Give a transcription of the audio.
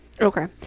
Okay